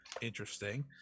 interesting